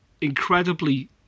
incredibly